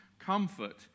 Comfort